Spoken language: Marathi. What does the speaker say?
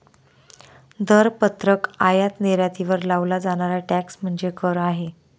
दरपत्रक आयात निर्यातीवर लावला जाणारा टॅक्स म्हणजे कर आहे